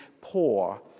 poor